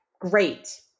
Great